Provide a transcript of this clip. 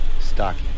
stocky